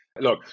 look